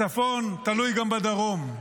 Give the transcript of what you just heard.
הצפון תלוי גם בדרום.